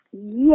Yes